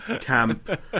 camp